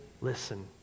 listen